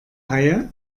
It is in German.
haie